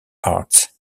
arts